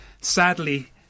sadly